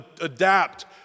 adapt